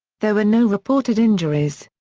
there were no reported injuries.